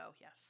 Yes